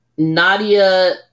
Nadia